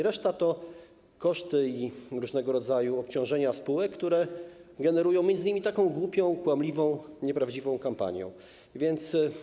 Reszta to koszty i różnego rodzaju obciążenia spółek, które generują m.in. taką głupią, kłamliwą, nieprawdziwą kampanią.